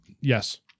yes